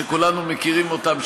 שכולנו מכירים אותם,